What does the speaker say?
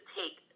take